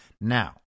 Now